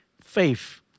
faith